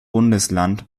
bundesland